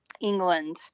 England